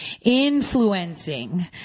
Influencing